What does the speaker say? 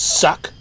suck